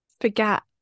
forget